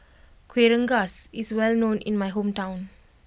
Kueh Rengas is well known in my hometown